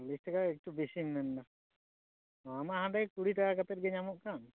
ᱪᱚᱞᱞᱤᱥ ᱴᱟᱠᱟ ᱮᱠᱴᱩ ᱵᱤᱥᱤᱢ ᱢᱮᱱᱫᱟ ᱱᱚᱣᱟ ᱢᱟ ᱦᱟᱰᱮ ᱠᱩᱲᱤ ᱴᱟᱠᱟ ᱠᱟᱛᱮᱫ ᱜᱮ ᱧᱟᱢᱚᱜ ᱠᱟᱱ